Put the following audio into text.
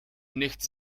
nichts